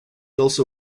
also